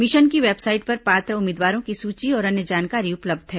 mission की website पर पात्र उम्मीदवारों की सूची और अन्य जानकारी उपलब्ध है